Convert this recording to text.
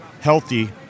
healthy